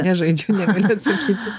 nežaidžiu negaliu atsakyti